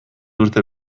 urte